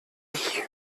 ich